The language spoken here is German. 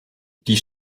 die